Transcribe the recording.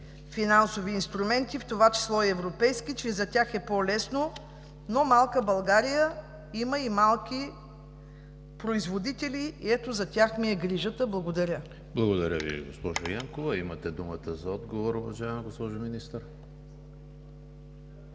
финансови инструменти, в това число и европейски, че за тях е по-лесно, но малка България има и малки производители и ето за тях ми е грижата. Благодаря. ПРЕДСЕДАТЕЛ ЕМИЛ ХРИСТОВ: Благодаря Ви, госпожо Янкова. Имате думата за отговор, уважаема госпожо Министър.